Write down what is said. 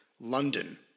London